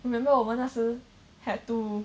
I remember 我们那时 had to